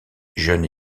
jeune